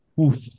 Oof